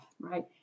right